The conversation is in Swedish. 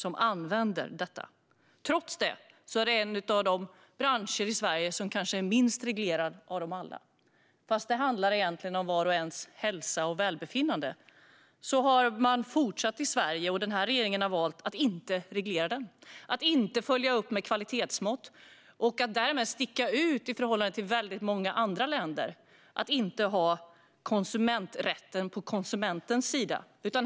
Trots det är det en av de branscher i Sverige som kanske är minst reglerad av alla. Fast det egentligen handlar om vars och ens hälsa och välbefinnande har regeringen valt att inte reglera branschen, att inte följa upp med kvalitetsmått och därmed att sticka ut i förhållande till många andra länder. Här handlar det inte om att ha konsumenträtten på konsumentens sida.